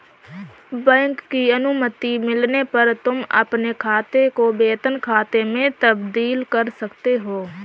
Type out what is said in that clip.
bank की अनुमति मिलने पर तुम अपने खाते को वेतन खाते में तब्दील कर सकते हो